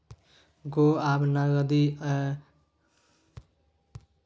गै आब नगदी लए कए के चलै छै सभलग डिजिटले पाइ रहय छै